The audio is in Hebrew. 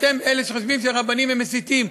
אתם אלה שחושבים שרבנים הם מסיתים,